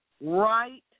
right